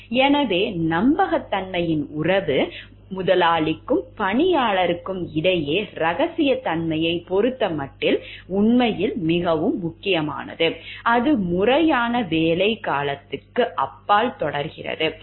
எனவே நம்பகத்தன்மையின் உறவு முதலாளிக்கும் பணியாளருக்கும் இடையே இரகசியத்தன்மையைப் பொறுத்தமட்டில் உண்மையில் மிகவும் முக்கியமானது அது முறையான வேலை காலத்துக்கு அப்பால் தொடர்கிறது